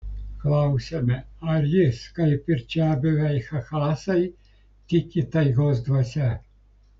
klausiame ar jis kaip ir čiabuviai chakasai tiki taigos dvasia